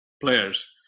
players